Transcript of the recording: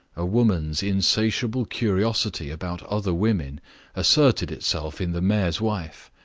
a woman's insatiable curiosity about other women asserted itself in the mayor's wife.